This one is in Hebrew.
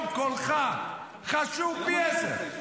לא האשמתי אותך, אמרתי שהיום קולך חשוב פי עשרה.